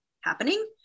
happening